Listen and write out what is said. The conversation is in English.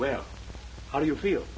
well how do you feel